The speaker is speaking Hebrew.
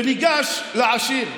הוא ניגש לעשיר,